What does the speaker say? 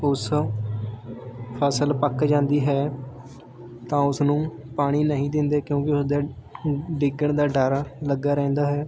ਉਸ ਫਸਲ ਪੱਕ ਜਾਂਦੀ ਹੈ ਤਾਂ ਉਸਨੂੰ ਪਾਣੀ ਨਹੀਂ ਦਿੰਦੇ ਕਿਉਂਕਿ ਉਸਦੇ ਡਿੱਗਣ ਦਾ ਡਰ ਲੱਗਾ ਰਹਿੰਦਾ ਹੈ